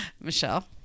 Michelle